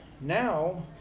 Now